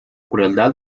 crueldad